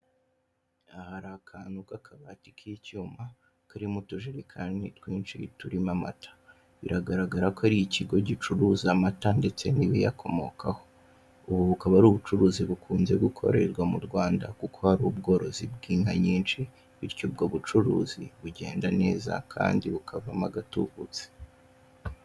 Aha hari akantu k'akabati k'icyuma karimo utujerekani twinshi turimo amata, biragaragara ko ari ikigo gicuruza amata ndetse n'ibiyakomokaho, ubu bukaba ari ubucuruzi bukunze gukorerwa mu Rwanda kuko hari ubworozi bw'inka nyinshi, bityo ubwo bucuruzi bugenda neza kandi bukavamo agatubutse.